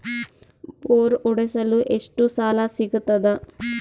Bore ಹೊಡೆಸಲು ಎಷ್ಟು ಸಾಲ ಸಿಗತದ?